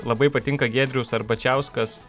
labai patinka giedrius arbačiauskas